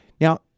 Now